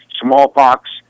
smallpox